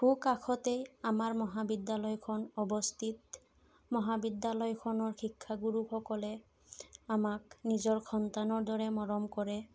সোঁ কাষতে আমাৰ মহাবিদ্যালয়খন অৱস্থিত মহাবিদ্যালয়খনৰ শিক্ষাগুৰুসকলে আমাক নিজৰ সন্তানৰ দৰে মৰম কৰে